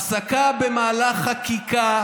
הפסקה במהלך חקיקה,